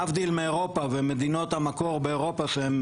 להבדיל מאירופה ומדינות המקור באירופה שהן